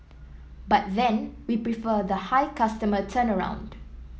but then we prefer the high customer turnaround